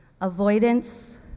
Avoidance